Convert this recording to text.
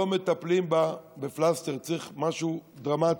לא מטפלים בה בפלסטר, צריך משהו דרמטי.